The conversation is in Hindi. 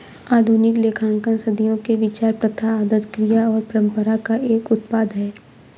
आधुनिक लेखांकन सदियों के विचार, प्रथा, आदत, क्रिया और परंपरा का एक उत्पाद है